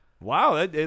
Wow